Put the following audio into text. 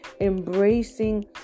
embracing